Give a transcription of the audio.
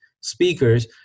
speakers